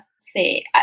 See